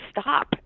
stop